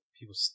people